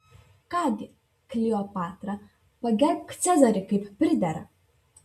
ką gi kleopatra pagerbk cezarį kaip pridera